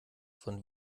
von